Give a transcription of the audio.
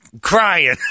Crying